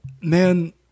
man